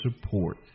support